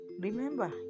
Remember